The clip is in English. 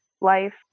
life